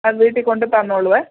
അത് വീട്ടിൽ കൊണ്ട് തന്നോളുവേ